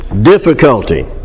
difficulty